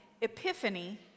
Epiphany